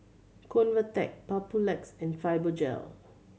Convatec Papulex and Fibogel